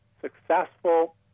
successful